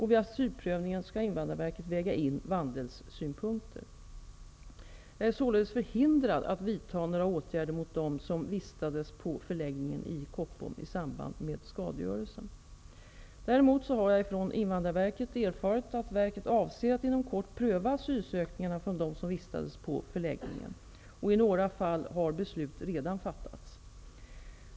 Vid asylprövningen skall Invandrarverket väga in vandelssynpunkter. Jag är således förhindrad att vidta några åtgärder mot dem som vistades på förläggningen i Koppom i samband med skadegörelsen. Däremot har jag från Invandrarverket erfarit att verket avser att inom kort pröva asylansökningarna från dem som vistades på förläggningen. I några fall har beslut redan fattats.